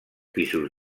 pisos